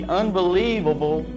unbelievable